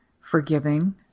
forgiving